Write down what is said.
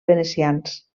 venecians